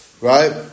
Right